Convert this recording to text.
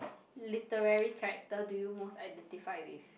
literary character do you most identify with